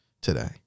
today